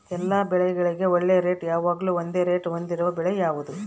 ಎಲ್ಲ ಬೆಳೆಗಳಿಗೆ ಒಳ್ಳೆ ರೇಟ್ ಯಾವಾಗ್ಲೂ ಒಂದೇ ರೇಟ್ ಹೊಂದಿರುವ ಬೆಳೆ ಯಾವುದು?